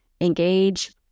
Engage